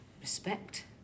Respect